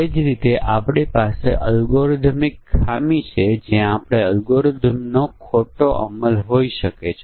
તેથી અહીં જો તે 1 વર્ષથી ઓછું છે અને જો તે 1 લાખ કરતા ઓછું છે તો આ અહીંની સ્થિતિ છે તેથી જો આ બંને બે છે તો તે 6 ટકા વ્યાજ દર પેદા કરે છે